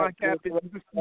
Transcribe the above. Captain